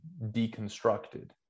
deconstructed